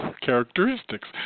characteristics